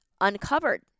uncovered